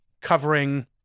covering